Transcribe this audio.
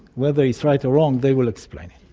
whether it's right or wrong, they will explain it.